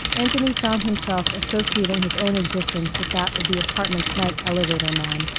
anthony found himself associating his own existence with that of the apartment's night elevator man,